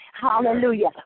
hallelujah